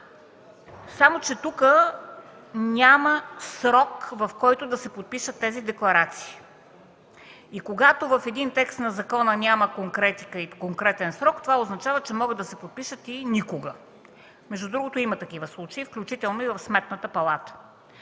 Само че тук няма срок, в който да се подпишат тези декларации. Когато в един текст на закона няма конкретен срок, това означава че могат да се подпишат и никога. Между другото, има такива случаи, включително и в Сметната палата.